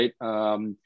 right